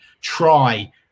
try